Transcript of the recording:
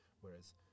whereas